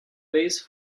base